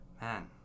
man